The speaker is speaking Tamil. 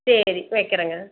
சரி வைக்கிறேங்க